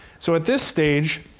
so at this stage,